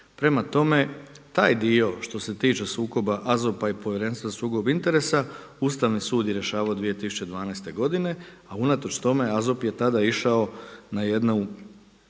Prema tome, taj dio što se tiče sukoba AZOP-a i Povjerenstva za sukob interesa Ustavni sud je rješavao 2012. a unatoč tome AZOP je tada išao na jednu